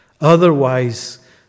Otherwise